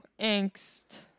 angst